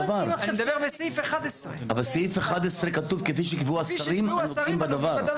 אני מדבר על סעיף 11. בסעיף 11 כתוב "כפי שיקבעו השרים הנוגעים בדבר".